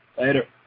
Later